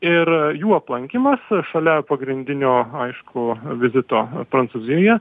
ir jų aplankymas šalia pagrindinio aišku vizito prancūzijoje